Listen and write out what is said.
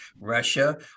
Russia